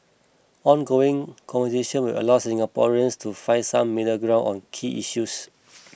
ongoing conversation will allow Singaporeans to find some middle ground on key issues